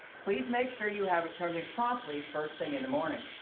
please make sure you have it turned in promptly first thing in the morning.